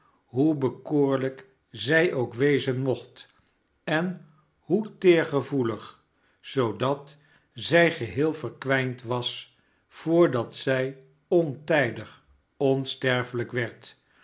hoe bekoorlijk zij ook wezen mocht en hoe teergevoehg zoodat zij geheel verkwijnd was voordat zij ontijdig onsterfelrjk werd